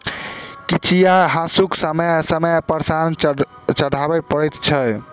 कचिया हासूकेँ समय समय पर सान चढ़बय पड़ैत छै